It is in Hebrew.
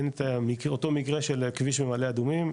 אותו מקרה של כביש במעלה אדומים,